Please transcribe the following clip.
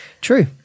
True